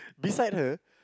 beside her